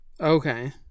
Okay